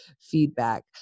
feedback